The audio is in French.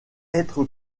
être